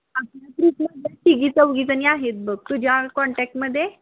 तिघी चौघीजणी आहेत बघ तुझ्या कॉन्टॅकमध्ये